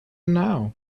now